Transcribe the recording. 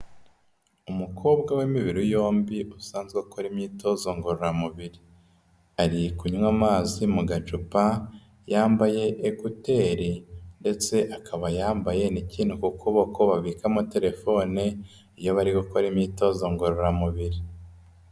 Umukobwa w'imibiri yombi usanzwe akora imyitozo ngororamubiri, ari kunywa amazi mu gacupa yambaye ekuteri ndetse akaba yambaye n'ikintu ku kuboko babikamo telefone, iyo bari gukora imyitozo ngororamubiri.